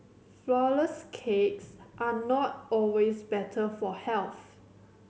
flourless cakes are not always better for health